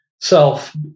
self